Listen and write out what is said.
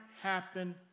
happen